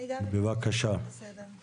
אני גם מבקשת הצעה לסדר.